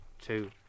two